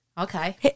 Okay